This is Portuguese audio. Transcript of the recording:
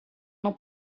não